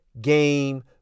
game